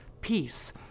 peace